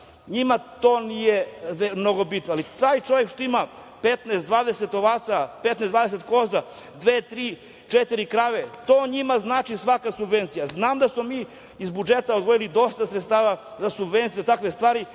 njima to nije mnogo bitno, ali tom čoveku što ima 15, 20 ovaca, 15, 20 koza, dve, tri, četiri krave znači svaka subvencija. Znam da smo mi iz budžeta izdvojili dosta sredstava za subvencije, za takve stvari,